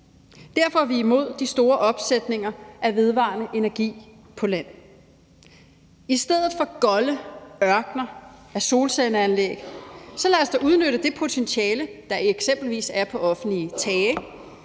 Derfor er vi imod de store opsætninger af anlæg til vedvarende energi på land. Lad os da i stedet for golde ørkener af solcelleanlæg udnytte det potentiale, der eksempelvis er på offentlige tage,